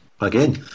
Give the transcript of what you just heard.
again